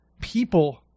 people